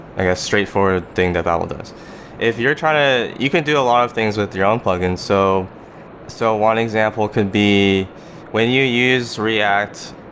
i guess straightforward thing that babel does if you're trying to you can do a lot of things with your own plugin. so so one example could be when you use react,